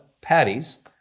patties